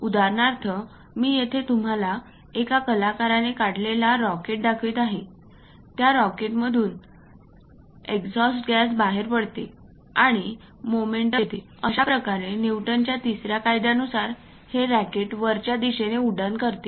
उदाहरणार्थ मी येथे तुम्हाला एका कलाकाराने काढलेला रॉकेट दाखवित आहे त्या रॉकेटमधून एक्झॉस्ट गॅस बाहेर पडते आणि मोमेंटम देते अशा प्रकारे न्यूटनच्या तिसर्या कायद्यानुसार हे रॉकेट वरच्या दिशेने उड्डाण करते